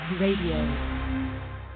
Radio